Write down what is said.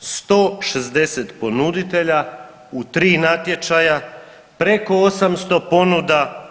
160 ponuditelja u 3 natječaja, preko 800 ponuda.